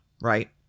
right